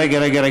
רגע,